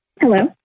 Hello